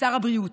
בשר הבריאות.